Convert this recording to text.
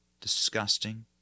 disgusting